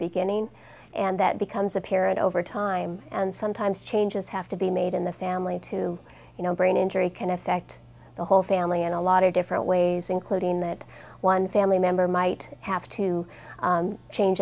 beginning and that becomes apparent over time and sometimes changes have to be made in the family too you know brain injury can affect the whole family in a lot of different ways including that one family member might have to change